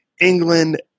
England